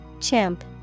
Chimp